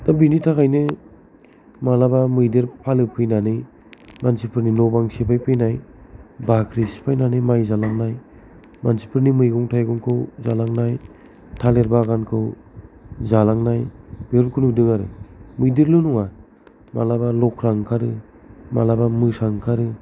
दा बेनि थाखायनो मालाबा मैदेर फालो फैनानै मानसिफोरनि न'बां सिफाय फैनाय बाख्रि सिफायनानै माय जालांनाय मानसिफोरनि मैगं थाइगंखौ जालांनाय थालिर बागानखौ जालांनाय बेफोरखौ नुदों आरो बिदिल' नङा मालाबा लख्रा ओंखारो मालाबा मोसा ओंखारो